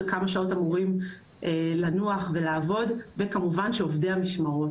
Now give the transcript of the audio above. כמה שעות אמורים לנוח ולעבוד - וכמובן עובדי המשמרות.